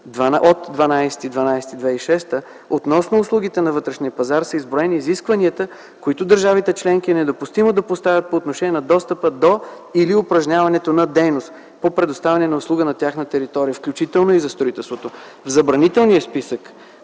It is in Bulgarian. от 12.12.2006 г. относно услугите на вътрешния пазар са изброени изискванията, които държавите членки е недопустимо да поставят по отношение на достъпа до или упражняването на дейност по предоставяне на услуга на тяхна територия, включително и за строителството. В забранителния списък